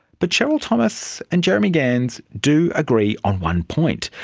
but cheryl thomas and jeremy gans do agree on one point.